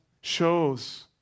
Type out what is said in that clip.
shows